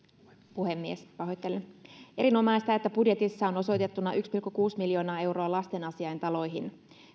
puhemies erinomaista että budjetissa on osoitettuna yksi pilkku kuusi miljoonaa euroa lastenasiaintaloihin